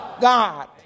God